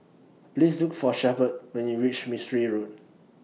Please Look For Shepherd when YOU REACH Mistri Road